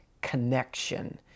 connection